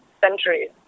centuries